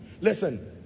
Listen